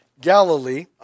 Galilee